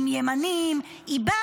עם ימנים,